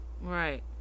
Right